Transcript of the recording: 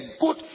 good